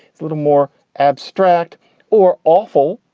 it's a little more abstract or awful.